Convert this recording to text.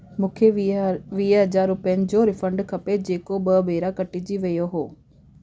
मूंखे वीह वीह हज़ार रुपियनि जो रिफंड खपे जेको ॿ भेरा कटिजी वियो हो